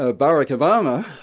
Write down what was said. ah barack obama,